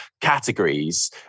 categories